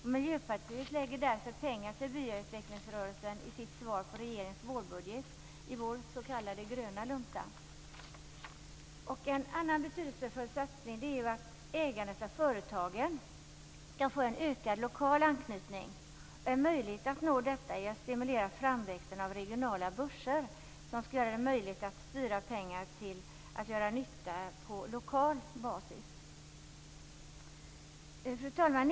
Vi i Miljöpartiet föreslår i vårt svar på regeringens vårbudget, i vår s.k. gröna lunta, mer pengar till byautvecklingsrörelsen. En annan betydelsefull satsning är att ägandet av företagen skall få en ökad lokal anknytning. En möjlighet att nå detta är att stimulera framväxten av regionala börser som skall göra det möjligt att styra pengarna så att de gör nytta på lokal basis. Fru talman!